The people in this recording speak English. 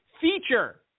feature